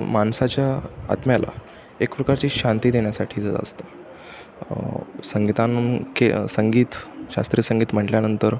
माणसाच्या आत्म्याला एक प्रकारची शांती देण्यासाठीच असतं संगीतांके संगीत शास्त्रीय संगीत म्हटल्यानंतर